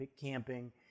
camping